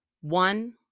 One